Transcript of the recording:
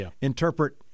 interpret